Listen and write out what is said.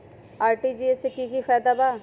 RTGS से की की फायदा बा?